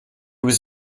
was